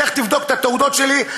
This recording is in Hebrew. לך תבדוק את התעודות שלי,